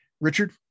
Richard